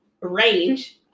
range